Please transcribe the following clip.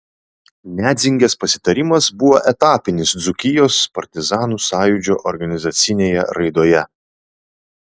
nedzingės pasitarimas buvo etapinis dzūkijos partizanų sąjūdžio organizacinėje raidoje